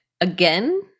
again